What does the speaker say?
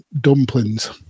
dumplings